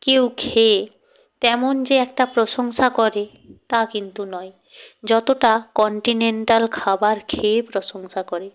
কেউ খেয়ে তেমন যে একটা প্রশংসা করে তা কিন্তু নয় যতটা কন্টিনেন্টাল খাবার খেয়ে প্রশংসা করে